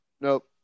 Nope